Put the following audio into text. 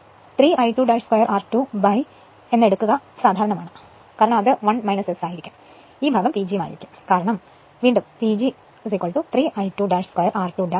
അങ്ങനെ ചെയ്യുകയാണെങ്കിൽ 3 I2 2 r2 എടുക്കുക സാധാരണമാണ് അത് 1 S ആയിരിക്കും ഈ ഭാഗം PG ആയിരിക്കും കാരണം PG 3 I2 2 r2 S